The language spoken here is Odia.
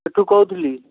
ସେଇଠୁ କହୁଥିଲି